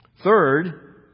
Third